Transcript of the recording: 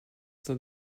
the